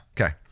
Okay